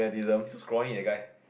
he scrawny the guy